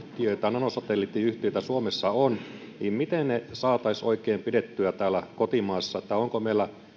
nanosatelliittiyhtiöitä suomessa on niin miten ne oikein saataisiin pidettyä täällä kotimaassa tai onko meillä